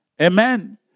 Amen